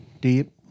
deep